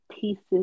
pieces